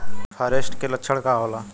फारेस्ट के लक्षण का होला?